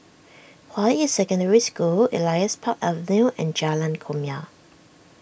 Hua Yi Secondary School Elias Park Avenue and Jalan Kumia